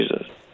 Jesus